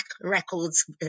records